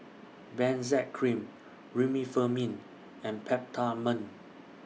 Benzac Cream Remifemin and Peptamen